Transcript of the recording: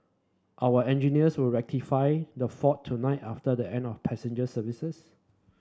our engineers will rectify the fault tonight after the end of passenger services